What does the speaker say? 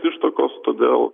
ištakos todėl